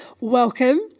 welcome